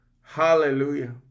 Hallelujah